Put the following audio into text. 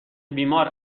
بیمار